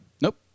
Nope